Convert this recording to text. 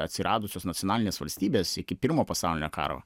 atsiradusios nacionalinės valstybės iki pirmo pasaulinio karo